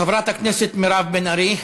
חברת הכנסת מירב בן ארי.